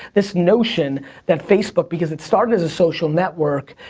this notion that facebook, because it started as a social network,